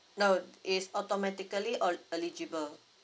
no it's automatically el~ eligible